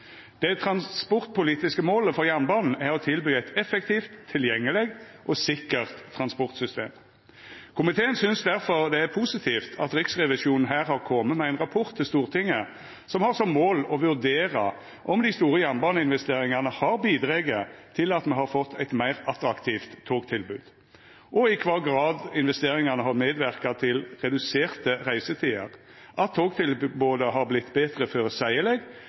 Det transportpolitiske målet for jernbanen er å tilby eit effektivt, tilgjengeleg og sikkert transportsystem. Komiteen synest difor det er positivt at Riksrevisjonen her har kome med ein rapport til Stortinget som har som mål å vurdera om dei store jernbaneinvesteringane har bidrege til at me har fått eit meir attraktivt togtilbod, i kva grad investeringane har medverka til reduserte reisetider, om togtilbodet har vorte meir føreseieleg, og om talet på avgangar for dei reisande har